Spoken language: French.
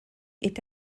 est